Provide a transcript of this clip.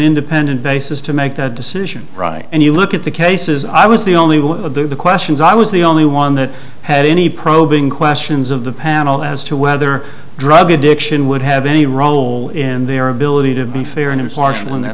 independent basis to make that decision and you look at the cases i was the only one of the questions i was the only one that had any probing questions of the panel as to whether drug addiction would have any role in their ability to be fair and impartial in